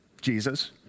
Jesus